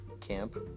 Camp